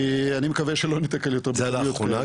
אני מקווה שלא ניתקל יותר בכמויות כאלה.